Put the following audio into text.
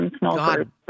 God